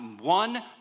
one